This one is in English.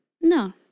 No